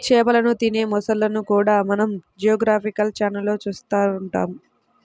చేపలను తినే మొసళ్ళను కూడా మనం జియోగ్రాఫికల్ ఛానళ్లలో చూస్తూ ఉంటాం